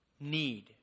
need